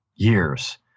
years